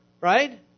Right